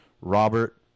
Robert